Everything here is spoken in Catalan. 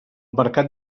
mercat